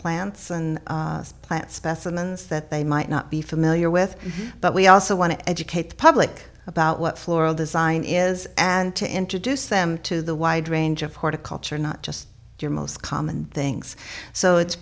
plants and plant specimens that they might not be familiar with but we also want to educate the public about what floral design is and to introduce them to the wide range of horticulture not just your most common things so it